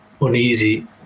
Uneasy